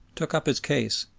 took up his case,